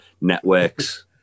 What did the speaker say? Networks